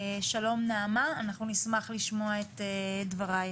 שלום נעמה, אנחנו נשמח לשמוע את דבריך.